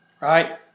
Right